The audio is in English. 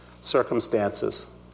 circumstances